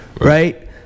right